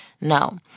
no